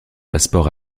passeport